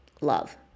love